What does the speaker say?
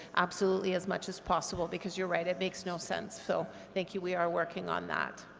absolutely, as much as possible because you're right it makes no sense, so thank you, we are working on that.